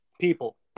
people